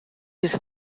his